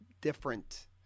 different